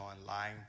online